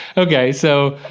okay, so